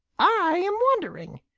i am wondering.